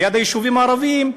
ליד היישובים הערביים,